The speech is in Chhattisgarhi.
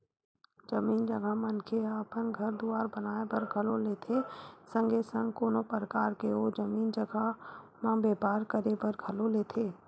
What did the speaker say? जमीन जघा मनखे ह अपन घर दुवार बनाए बर घलो लेथे संगे संग कोनो परकार के ओ जमीन जघा म बेपार करे बर घलो लेथे